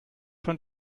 schon